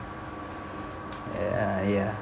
uh ya